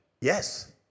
Yes